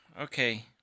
Okay